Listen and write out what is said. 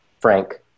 Frank